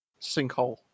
sinkhole